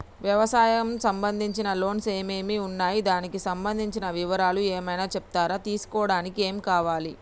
వ్యవసాయం సంబంధించిన లోన్స్ ఏమేమి ఉన్నాయి దానికి సంబంధించిన వివరాలు ఏమైనా చెప్తారా తీసుకోవడానికి ఏమేం కావాలి?